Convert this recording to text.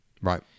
Right